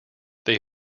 they